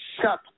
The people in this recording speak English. shut